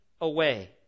away